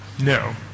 No